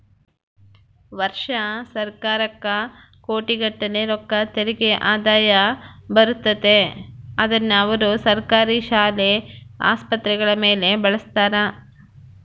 ವರ್ಷಾ ಸರ್ಕಾರಕ್ಕ ಕೋಟಿಗಟ್ಟಲೆ ರೊಕ್ಕ ತೆರಿಗೆ ಆದಾಯ ಬರುತ್ತತೆ, ಅದ್ನ ಅವರು ಸರ್ಕಾರಿ ಶಾಲೆ, ಆಸ್ಪತ್ರೆಗಳ ಮೇಲೆ ಬಳಸ್ತಾರ